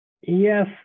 Yes